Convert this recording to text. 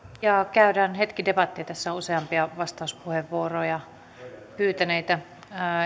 käydään hetki debattia tässä on useampia vastauspuheenvuoroja pyytäneitä